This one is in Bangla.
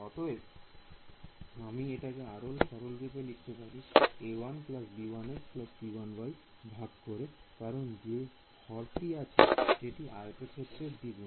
অতএব আমি এটিকে আরো সরল রূপে লিখতে পারি a1 b1x c1y ভাগ করে কারণ যে হর টি আছে সেটি আয়তক্ষেত্রের দ্বিগুণ